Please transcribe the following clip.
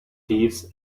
thieves